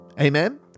Amen